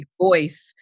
voice